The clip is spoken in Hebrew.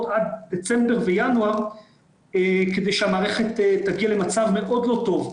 עד דצמבר וינואר כדי שהמערכת תגיע למצב מאוד לא טוב.